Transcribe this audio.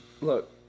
Look